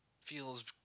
Feels